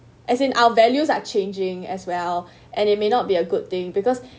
as in our values are changing as well and it may not be a good thing because